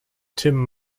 tim